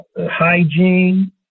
hygiene